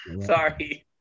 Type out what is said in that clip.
sorry